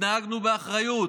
התנהגנו באחריות,